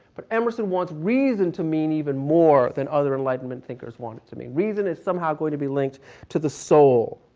but emerson wants reason to mean even more than other enlightenment thinkers want it to mean. reason is somehow going to be linked to the soul.